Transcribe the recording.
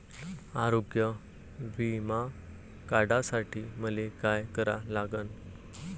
आरोग्य बिमा काढासाठी मले काय करा लागन?